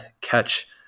catch